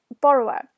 borrower